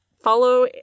Follow